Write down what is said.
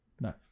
No